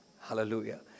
Hallelujah